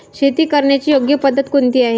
शेती करण्याची योग्य पद्धत कोणती आहे?